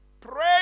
Pray